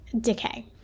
decay